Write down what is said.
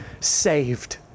saved